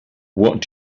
what